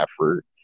effort